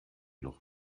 noch